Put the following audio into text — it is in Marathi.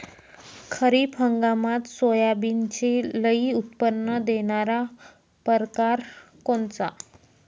खरीप हंगामात सोयाबीनचे लई उत्पन्न देणारा परकार कोनचा?